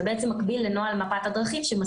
זה בעצם מקביל לנוהל מפת הדרכים.